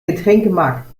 getränkemarkt